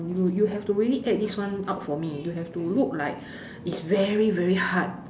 you you have to really act this one out for me you have to look like it's very very hard